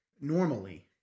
normally